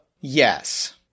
Yes